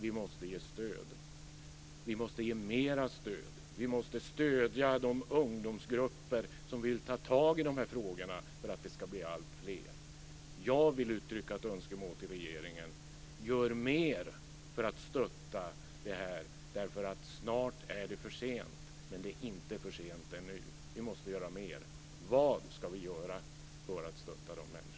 Vi måste ge stöd, och vi måste ge mer stöd. Vi måste stödja de ungdomsgrupper som vill ta tag i de här frågorna för att det ska bli alltfler. Jag vill uttrycka ett önskemål till regeringen: Gör mer för att stötta det här därför att snart är det för sent, men det är inte för sent ännu. Vi måste alltså göra mer. Vad ska vi göra för att stötta de här människorna?